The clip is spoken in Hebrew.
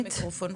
בתוכנית,